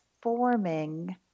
forming